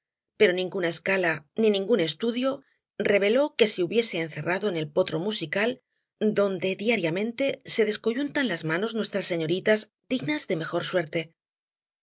pero ninguna escala ni ningún estudio reveló que se hubiese encerrado en el potro musical donde diariamente se descoyuntan las manos nuestras señoritas dignas de mejor suerte